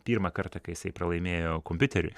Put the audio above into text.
pirmą kartą kai jisai pralaimėjo kompiuteriui